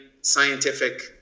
scientific